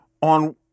on